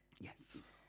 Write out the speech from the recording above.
Yes